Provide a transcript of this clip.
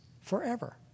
forever